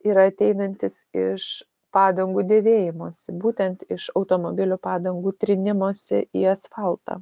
yra ateinantis iš padangų dėvėjimosi būtent iš automobilių padangų trynimosi į asfaltą